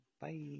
bye